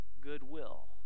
goodwill